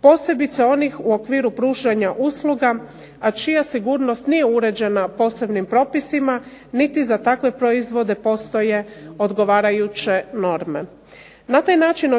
posebice onih u okviru pružanja usluga, a čija sigurnost nije uređena posebnim propisima niti za takve proizvode postoje odgovarajuće norme. Na taj način